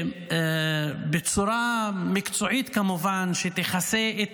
בצורה מקצועית, כמובן, שתכסה את